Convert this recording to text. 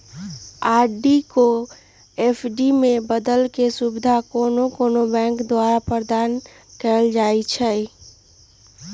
RD को FD में बदलेके सुविधा कोनो कोनो बैंके द्वारा प्रदान कएल जाइ छइ